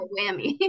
Whammy